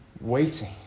Waiting